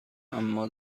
اما